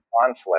conflict